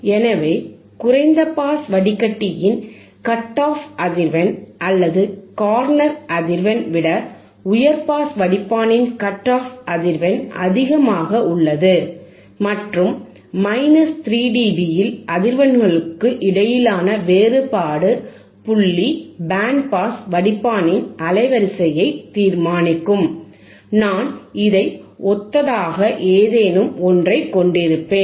எனவே குறைந்த பாஸ் வடிகட்டியின் கட் ஆஃப் அதிர்வெண் அல்லது கார்னெர் அதிர்வெண் விட உயர் பாஸ் வடிப்பானின் கட் ஆஃப் அதிர்வெண் அதிகமாக உள்ளது மற்றும் 3 dB இல் அதிர்வெண்களுக்கு இடையிலான வேறுபாடு புள்ளி பேண்ட் பாஸ் வடிப்பானின் அலைவரிசையை தீர்மானிக்கும் நான் இதை ஒத்ததாக ஏதேனும் ஒன்றை கொண்டிருப்பேன்